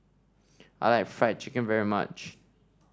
I like Fried Chicken very much